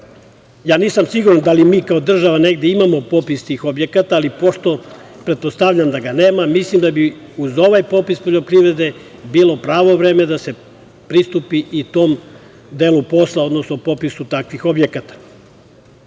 siguran da li mi kao država negde imamo popis tih objekata, a pošto pretpostavljam da ga nema, mislim da bi uz ovaj popis poljoprivrede bilo pravo vreme da se pristupi i tom delu posla, odnosno popisu takvih objekata. Ne